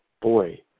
boy